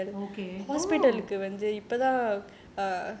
uh okay oh